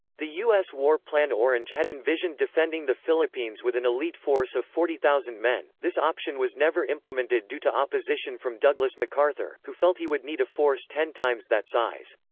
the u s. war plan orange had envisioned defending the philippines with an elite force of forty thousand men this option was never implemented due to opposition from douglas macarthur, who felt he would need a force ten times that size.